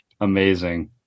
Amazing